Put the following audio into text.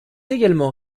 également